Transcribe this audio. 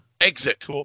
Exit